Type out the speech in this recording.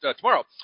tomorrow